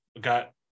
got